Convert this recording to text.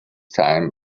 time